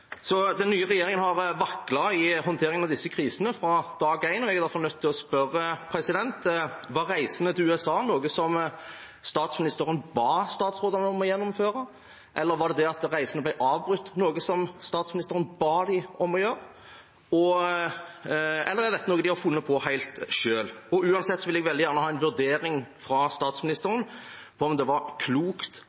Den nye regjeringen har vaklet i håndteringen av disse krisene fra dag én. Jeg er derfor nødt til å spørre: Var reisene til USA noe som statsministeren ba statsrådene om å gjennomføre, eller var det at reisene ble avbrutt, noe statsministeren ba dem om å gjøre? Eller er dette noe de har funnet på helt selv? Uansett vil jeg veldig gjerne ha en vurdering fra statsministeren av om det var klokt